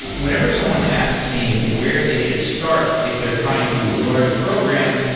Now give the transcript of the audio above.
whenever someone asks me where they should start if they're trying to learn to program,